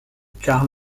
karl